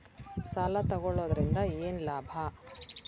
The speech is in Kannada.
ಸಾಲ ತಗೊಳ್ಳುವುದರಿಂದ ಏನ್ ಲಾಭ?